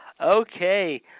Okay